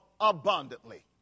abundantly